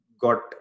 got